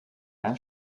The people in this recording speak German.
beim